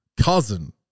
cousin